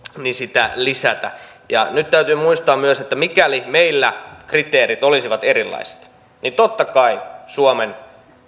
sitä lisätä nyt täytyy muistaa myös että mikäli meillä kriteerit olisivat erilaiset niin totta kai suomen